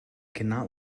cannot